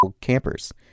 campers